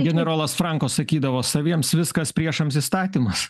generolas franko sakydavo saviems viskas priešams įstatymas